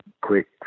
quick